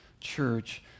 church